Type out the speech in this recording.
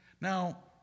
Now